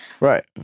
Right